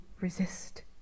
resist